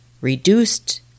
reduced